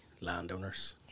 landowners